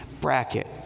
bracket